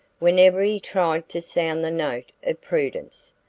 whenever he tried to sound the note of prudence.